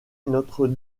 notre